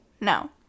No